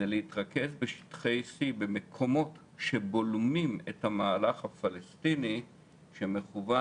להתרכז בשטחי C במקומות שבולמים את המהלך הפלסטיני שמכוון